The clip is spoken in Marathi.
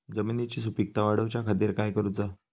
जमिनीची सुपीकता वाढवच्या खातीर काय करूचा?